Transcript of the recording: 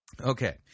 okay